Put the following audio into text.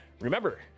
Remember